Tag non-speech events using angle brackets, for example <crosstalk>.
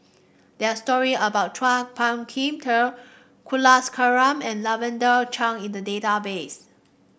there are story about Chua Phung Kim <unintelligible> Kulasekaram and Lavender Chang in the database